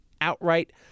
outright